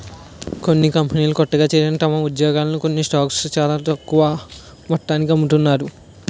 కొన్ని కంపెనీలు కొత్తగా చేరిన తమ ఉద్యోగులకు కొన్ని స్టాక్స్ చాలా తక్కువ మొత్తానికి అమ్ముతారు